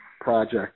project